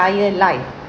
entire life